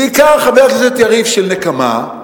בעיקר, חבר הכנסת יריב, של נקמה.